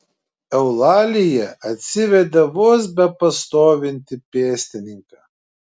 eulalija atsivedė vos bepastovintį pėstininką